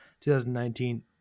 2019